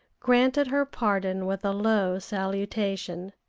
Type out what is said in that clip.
granted her pardon with a low salutation.